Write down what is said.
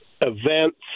events